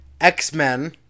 X-Men